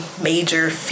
major